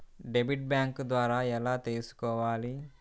Debit bank ద్వారా ఎలా తీసుకోవాలి?